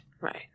Right